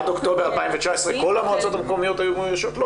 עד אוקטובר 2019 כל המועצות המקומיות היו מאוישות?